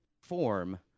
form